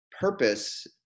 purpose